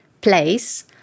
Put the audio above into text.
place